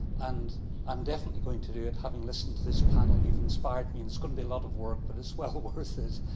and i'm definitely going to do it having listened to this panel, you've inspired me. and it's going to be a lot of work, but it's well worth it.